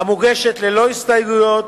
המוגשת ללא הסתייגויות,